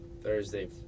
Thursday